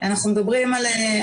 אנחנו כארגונים ישראליים,